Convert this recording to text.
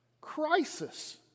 Crisis